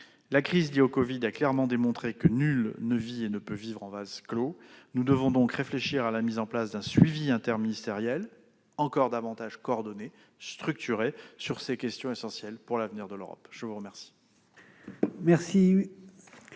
La crise liée au Covid-19 a clairement démontré que nul ne vit et ne peut vivre en vase clos ; nous devons donc réfléchir à la mise en place d'un suivi interministériel encore davantage coordonné et structuré sur ces questions essentielles pour l'avenir de l'Europe. La parole